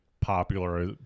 popular